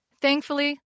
Thankfully